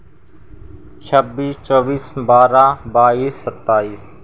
छब्बीस चौबीस बारह बाईस सत्ताईस